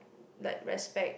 like respect